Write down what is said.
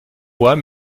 bois